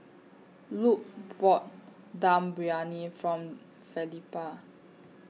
Luc bought Dum Briyani from Felipa